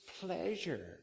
pleasure